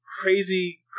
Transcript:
crazy